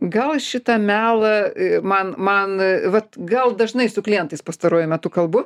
gal šitą melą man man vat gal dažnai su klientais pastaruoju metu kalbu